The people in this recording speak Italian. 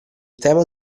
tema